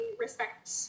respect